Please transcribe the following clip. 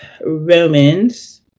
Romans